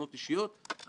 אבל אני אומר דבר אחד: